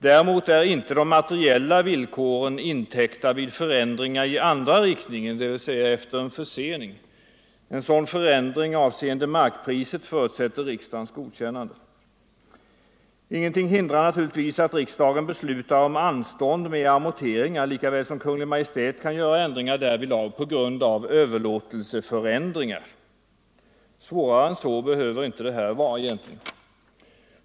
Däremot är inte de materiella villkoren intäckta vid förändringar i andra riktningen, dvs. efter en försening. En sådan förändring avseende markpriset förutsätter uppenbarligen riksdagens godkännande. Ingenting hindrar naturligtvis att riksdagen beslutar om anstånd med amorteringar lika väl som Kungl. Maj:t kan göra ändringar därvidlag på grund av överlåtelseförändringar. Svårare än så behöver det här inte vara.